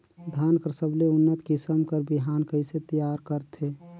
धान कर सबले उन्नत किसम कर बिहान कइसे तियार करथे?